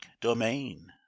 domain